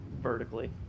vertically